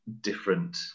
different